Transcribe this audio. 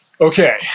Okay